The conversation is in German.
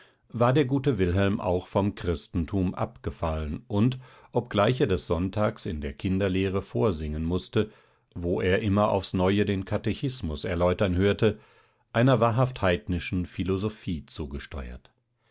war der gute wilhelm auch vom christentum abgefallen und obgleich er des sonntags in der kinderlehre vorsingen mußte wo er immer aufs neue den katechismus erläutern hörte einer wahrhaft heidnischen philosophie zugesteuert